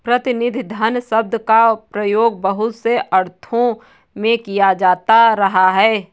प्रतिनिधि धन शब्द का प्रयोग बहुत से अर्थों में किया जाता रहा है